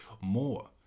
more